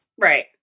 Right